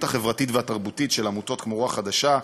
החברתית והתרבותית של עמותות כמו "רוח חדשה",